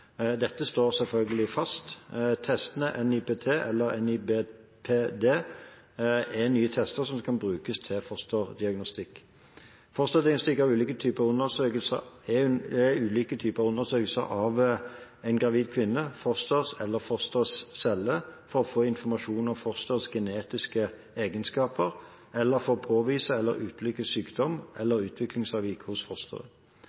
selvfølgelig fast. Testene NIPT eller NIPD – Non-Invasive Prenatal Test/Diagnosis – er nye tester som kan brukes til fosterdiagnostikk. Fosterdiagnostikk er ulike typer undersøkelser av en gravid kvinne, fosteret eller fosterets celler for å få informasjon om fosterets genetiske egenskaper eller for å påvise eller utelukke sykdom eller